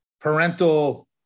parental